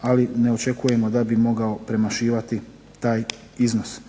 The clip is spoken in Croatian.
ali ne očekujemo da bi mogao premašivati taj iznos.